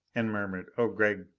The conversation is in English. and murmured oh gregg,